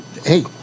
hey